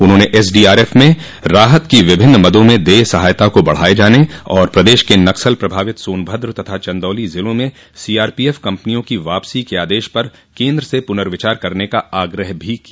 उन्होंने एसडीआरएफ में राहत की विभिन्न मदों में देय सहायता को बढाये जाने और प्रदेश के नक्सल प्रभावित सोनभद्र तथा चन्दौली ज़िलों में सीआरपीएफ कंपनियों की वापसी के आदेश पर केन्द्र से पुनर्विचार करने का आग्रह भी किया